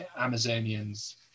Amazonians